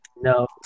no